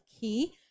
key